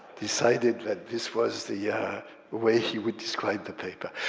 decided that this was the way he would describe the paper.